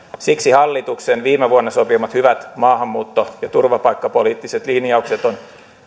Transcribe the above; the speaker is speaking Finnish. siksi hallituksen viime vuonna sopimat hyvät maahanmuutto ja turvapaikkapoliittiset linjaukset on